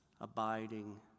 abiding